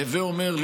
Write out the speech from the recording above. הווי אומר,